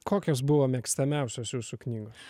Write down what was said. kokios buvo mėgstamiausios jūsų knygos